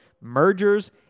mergers